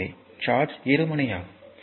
எனவே சார்ஜ் இருமுனை ஆகும்